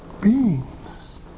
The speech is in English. beings